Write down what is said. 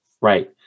Right